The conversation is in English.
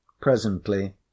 Presently